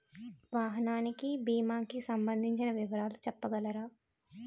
వాహనానికి భీమా కి సంబందించిన వివరాలు చెప్పగలరా?